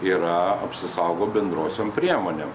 yra apsisaugo bendrosiom priemonėm